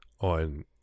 on